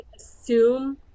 assume